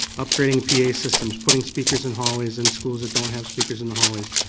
upgrading pa systems, putting speakers in hallways in school that don't have speakers in the hallways.